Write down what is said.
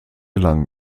lang